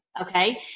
okay